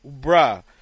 Bruh